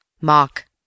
Mark